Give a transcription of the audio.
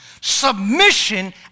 Submission